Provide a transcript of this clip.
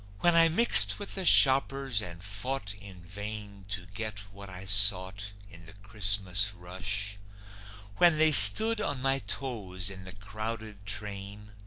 when i mixed with the shoppers and fought in vain to get what i sought, in the christmas rush when they stood on my toes in the crowded train,